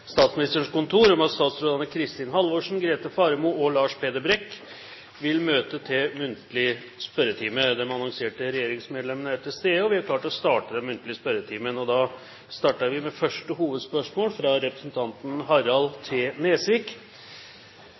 Statsministerens kontor om at statsrådene Kristin Halvorsen, Grete Faremo og Lars Peder Brekk vil møte til muntlig spørretime. De annonserte regjeringsmedlemmene er til stede, og vi er klare til å starte den muntlige spørretimen. Vi starter da med første hovedspørsmål, fra representanten Harald T. Nesvik.